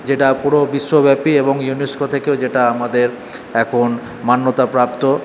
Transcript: যেটা পুরো বিশ্বব্যাপী এবং ইউনেস্কো থেকেও যেটা আমাদের এখন মান্যতা প্রাপ্ত